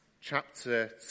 chapter